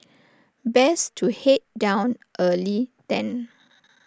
best to Head down early then